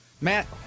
Matt